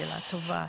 שאלה טובה,